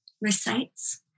recites